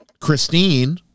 christine